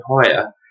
higher